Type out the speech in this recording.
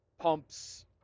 pumps